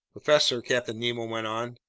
professor, captain nemo went on,